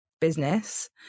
business